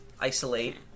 isolate